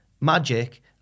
Magic